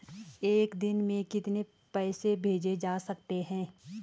एक दिन में कितने पैसे भेजे जा सकते हैं?